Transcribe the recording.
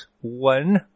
one